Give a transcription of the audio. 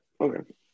Okay